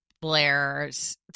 Blair's